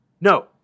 No